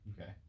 Okay